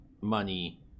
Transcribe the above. money